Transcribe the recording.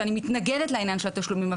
שאני מתנגדת לעניין של התשלומים,